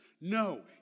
No